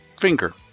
finger